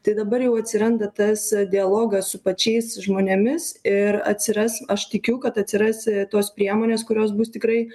tai dabar jau atsiranda tas dialogas su pačiais žmonėmis ir atsiras aš tikiu kad atsiras tos priemonės kurios bus tikrai